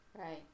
Right